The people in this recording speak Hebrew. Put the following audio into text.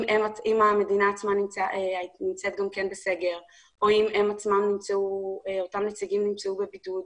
אם המדינה עצמה נמצאת בסגר או אם אותם נציגים בבידוד,